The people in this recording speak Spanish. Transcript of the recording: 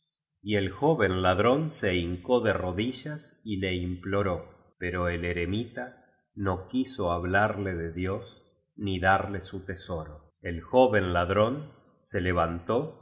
y e joven ladrón se hincó de rodillas y le imploró pero el eremita no quiso hablarle de dios ni darle su tesoro el joven ladrón se levantó y